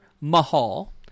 Mahal